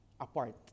apart